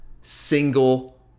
single